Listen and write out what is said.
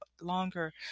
longer